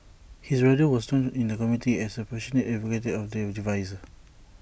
his brother was known in the community as A passionate advocate of the devices